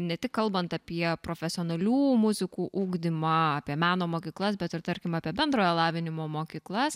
ne tik kalbant apie profesionalių muzikų ugdymą apie meno mokyklas bet ir tarkim apie bendrojo lavinimo mokyklas